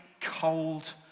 cold